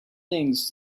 things